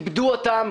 עיבדו אותם.